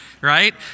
right